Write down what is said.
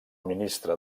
ministre